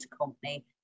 company